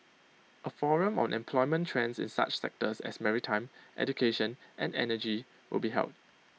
A forum on employment trends in such sectors as maritime education and energy will be held